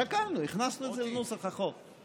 שקלנו, הכנסנו את זה לנוסח החוק.